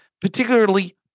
particularly